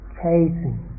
chasing